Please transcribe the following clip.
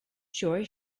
joy